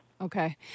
Okay